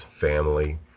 family